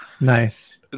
Nice